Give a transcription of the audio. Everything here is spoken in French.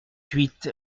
huit